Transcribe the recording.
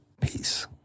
Peace